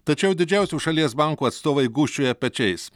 tačiau didžiausių šalies bankų atstovai gūžčioja pečiais